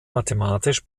mathematisch